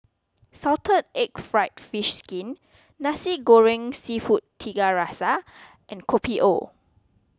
Salted Egg Fried Fish Skin Nasi Goreng Seafood Tiga Rasa and Kopi O